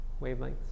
wavelengths